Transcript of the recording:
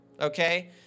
Okay